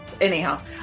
anyhow